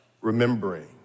remembering